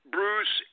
Bruce